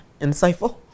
insightful